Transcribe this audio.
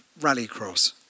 Rallycross